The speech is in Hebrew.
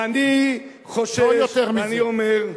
ואני חושש, ואני אומר,